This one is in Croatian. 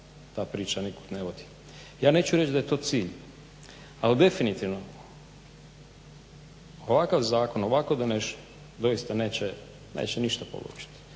ta priča nikud ne vodi. Ja neću reć' da je to cilj, ali definitivno ovakav zakon ovako donesen doista neće ništa polučiti.